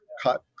cut